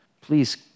please